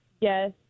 Yes